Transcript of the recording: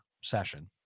session